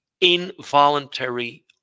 involuntary